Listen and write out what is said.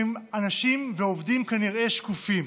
כי הם אנשים ועובדים כנראה שקופים.